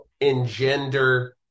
engender –